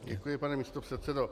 Děkuji, pane místopředsedo.